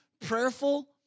prayerful